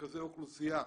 ממרכזי אוכלוסייה.